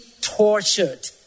tortured